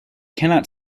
cannot